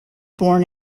born